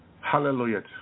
Hallelujah